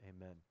amen